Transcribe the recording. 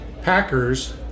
Packers